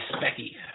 Becky